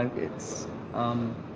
and it's um,